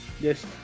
Yes